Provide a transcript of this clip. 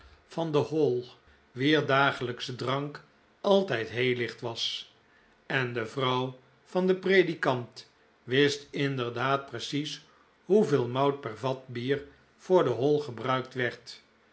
van de hall wier dagelijksche drank altijd heel licht was en de vrouw van den predikant wist inderdaad precies hoeveel mout per vat bier voor de hall gebruikt werd